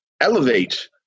elevate